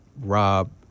rob